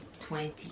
Twenty